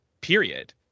period